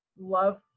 love